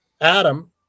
Adam